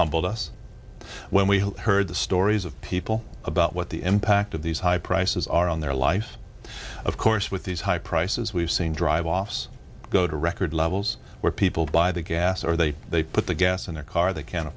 humbled us when we heard the stories of people about what the impact of these high prices are on their lives of course with these high prices we've seen drive offs go to record levels where people buy the gas or they they put the gas in their car they can